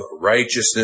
righteousness